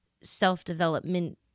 self-development